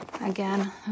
Again